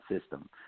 system